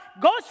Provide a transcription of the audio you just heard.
goes